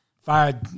fired